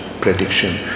prediction